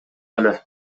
эле